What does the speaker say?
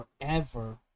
forever